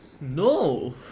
No